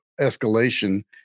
escalation